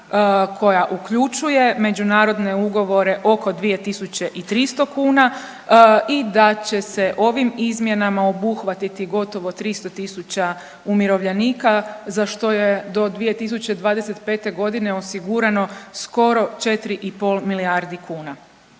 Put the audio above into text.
koja uključuje međunarodne ugovore oko 2300 kuna i da će se ovim izmjenama obuhvatiti gotovo 300 000 umirovljenika za što je do 2025. godine osigurano skoro 4 i pol milijardi kuna.